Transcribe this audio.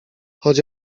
choć